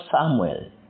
Samuel